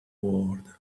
world